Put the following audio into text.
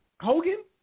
Hogan